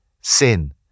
sin